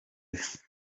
ejo